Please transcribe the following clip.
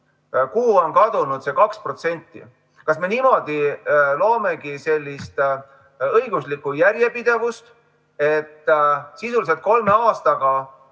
kuhu on kadunud see 2%? Kas me niimoodi loomegi sellist õiguslikku järjepidevust, et sisuliselt kolme aastaga